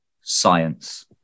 science